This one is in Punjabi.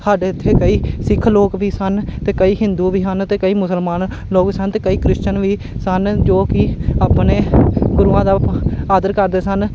ਸਾਡੇ ਇੱਥੇ ਕਈ ਸਿੱਖ ਲੋਕ ਵੀ ਸਨ ਅਤੇ ਕਈ ਹਿੰਦੂ ਵੀ ਹਨ ਅਤੇ ਕਈ ਮੁਸਲਮਾਨ ਲੋਕ ਸਨ ਅਤੇ ਕਈ ਕ੍ਰਿਸ਼ਨ ਵੀ ਸਨ ਜੋ ਕਿ ਆਪਣੇ ਗੁਰੂਆਂ ਦਾ ਉਪ ਆਦਰ ਕਰਦੇ ਸਨ